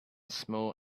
small